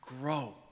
grow